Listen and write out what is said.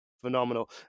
phenomenal